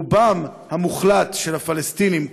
רובם המוחלט של הפלסטינים,